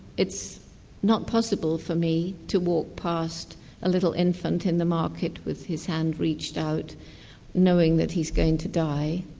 it's not possible for me to walk past a little infant in the market with his hand reached out knowing that he's going to die.